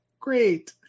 Great